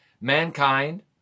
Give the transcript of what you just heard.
mankind